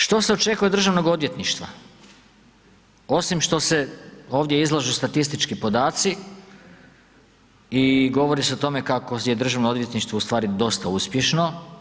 Što se očekuje od Državnog odvjetništva, osim što se ovdje izlažu statistički podaci i govori se o tome kako je Državno odvjetništvo u stvari dosta uspješno?